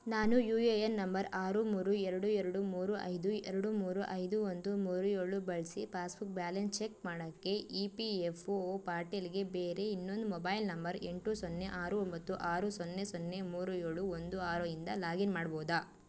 ನಾನು U A N number ಆರು ಮೂರು ಎರಡು ಎರಡು ಮೂರು ಐದು ಎರಡು ಮೂರು ಐದು ಒಂದು ಮೂರು ಏಳು ಬಳಸಿ ಪಾಸ್ಬುಕ್ ಬ್ಯಾಲೆನ್ ಚೆಕ್ ಮಾಡೋಕ್ಕೆ ಇ ಪಿ ಎಫ್ ಒ ಪಾರ್ಟಿಲ್ಗೆ ಬೇರೆ ಇನ್ನೊಂದು ಮೊಬೈಲ್ ನಂಬರ್ ಎಂಟು ಸೊನ್ನೆ ಆರು ಒಂಬತ್ತು ಆರು ಸೊನ್ನೆ ಸೊನ್ನೆ ಮೂರು ಏಳು ಒಂದು ಆರು ಇಂದ ಲಾಗಿನ್ ಮಾಡ್ಬೋದಾ